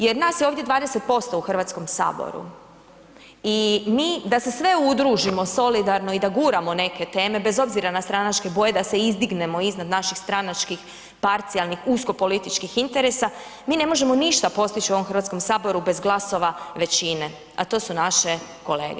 Jer nas je ovdje 20% u Hrvatskom saboru i mi da se sve udružimo solidarno i da guramo neke teme bez obzira na stranačke boje da se izdignemo iznad naših stranačkih parcijalnih usko političkih interesa, mi ne možemo ništa postići u ovom Hrvatskom saboru bez glasova većine, a to su naše kolege.